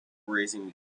raising